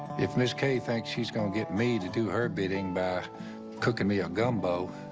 if miss kay thinks she's gonna get me to do her bidding by cooking me a gumbo,